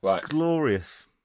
glorious